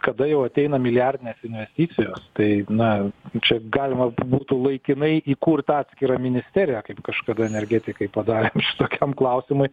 kada jau ateina milijardinės investicijos tai na čia galima būtų laikinai įkurt atskirą ministeriją kaip kažkada energetikai padarė tokiam klausimui